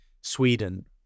Sweden